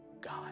God